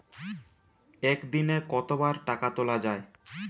একদিনে কতবার টাকা তোলা য়ায়?